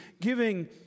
giving